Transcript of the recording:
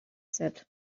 said